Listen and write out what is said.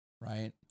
right